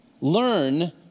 Learn